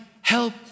help